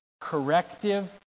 corrective